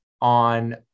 on